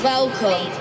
Welcome